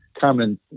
common